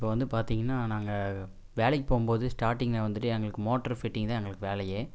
இப்போது வந்து பார்த்திங்கன்னா நாங்கள் வேலைக்கு போகும்போது ஸ்டாட்டிங்கில் வந்துவிட்டு எங்களுக்கு மோட்ரு ஃபிட்டிங் தான் எங்களுக்கு வேலையே